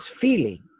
feeling